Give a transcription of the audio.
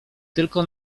tylko